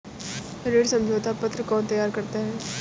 ऋण समझौता पत्र कौन तैयार करता है?